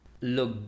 look